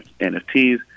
NFTs